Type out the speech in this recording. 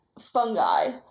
fungi